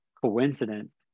coincidence